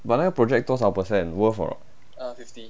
but 那个 project 多少 percent worth or not